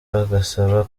bagasaba